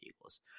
Eagles